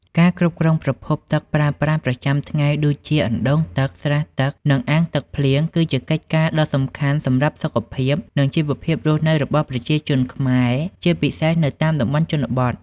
ការគ្រប់គ្រងប្រភពទឹកប្រើប្រាស់ប្រចាំថ្ងៃដូចជា អណ្ដូងទឹក ស្រះទឹក និងអាងទឹកភ្លៀង គឺជាកិច្ចការដ៏សំខាន់សម្រាប់សុខភាព និងជីវភាពរស់នៅរបស់ប្រជាជនខ្មែរ ជាពិសេសនៅតាមតំបន់ជនបទ។